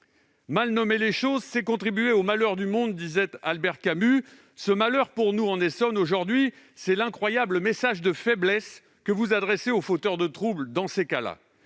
« Mal nommer les choses, c'est ajouter au malheur du monde », disait Albert Camus. Ce malheur pour nous en Essonne, aujourd'hui, c'est l'incroyable message de faiblesse que vous adressez aux fauteurs de troubles. Il est